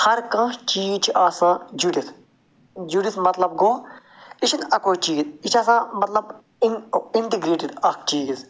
ہر کانٛہہ چیٖز چھِ آسان جُڑِتھ جُڑِتھ مطلب گوٚو یہِ چھِنہٕ اَکُے چیٖز یہِ چھِ آسان مطلب اِن اِنٹِگریٹِڈ اَکھ چیٖز